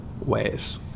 ways